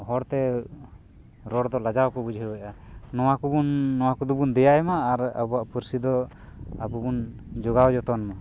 ᱦᱚᱲ ᱛᱮ ᱨᱚᱲ ᱫᱚ ᱞᱟᱡᱟᱣ ᱠᱚ ᱵᱩᱡᱷᱟᱹᱣᱮᱜᱼᱟ ᱱᱚᱶᱟ ᱠᱚᱵᱚᱱ ᱱᱚᱶᱟ ᱠᱚᱫᱚᱵᱚᱱ ᱫᱮᱭᱟᱭ ᱢᱟ ᱟᱨ ᱟᱵᱚᱣᱟᱜ ᱯᱟᱹᱨᱥᱤ ᱫᱚ ᱟᱵᱚᱵᱚᱱ ᱡᱚᱜᱟᱣ ᱡᱚᱛᱚᱱ ᱢᱟ